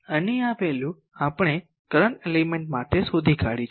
અને આ વેલ્યુ આપણે કરંટ એલિમેન્ટ માટે શોધી કાઢી છે